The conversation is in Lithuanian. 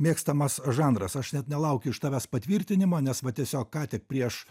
mėgstamas žanras aš net nelaukiu iš tavęs patvirtinimo nes va tiesiog ką tik prieš